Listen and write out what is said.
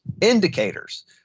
indicators